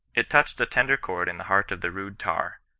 it touched a tender chord in the heart of the rude tar.